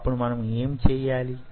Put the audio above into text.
అప్పుడు మనం యేం చేయాలి